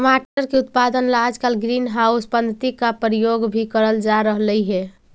टमाटर की उत्पादन ला आजकल ग्रीन हाउस पद्धति का प्रयोग भी करल जा रहलई हे